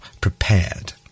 prepared